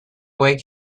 wake